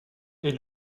est